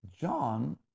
John